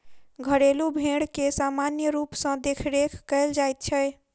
घरेलू भेंड़ के सामान्य रूप सॅ देखरेख कयल जाइत छै